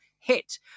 hit